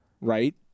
right